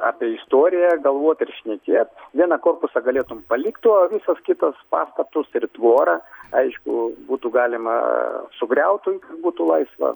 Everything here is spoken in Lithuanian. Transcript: apie istoriją galvuot ir šnekėt vieną korpusą galėtum palikt o visos kitos pastatus ir tvorą aišku būtų galima sugriautum ir būtų laisva